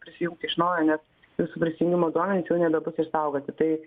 prisijungti iš naujo nes jūsų prisijungimo duomenys jau nebebus išsaugoti tai